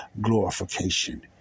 glorification